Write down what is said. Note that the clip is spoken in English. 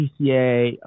PCA